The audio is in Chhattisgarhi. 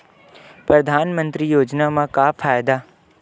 परधानमंतरी योजना म का फायदा?